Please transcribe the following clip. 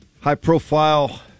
high-profile